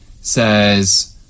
says